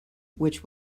which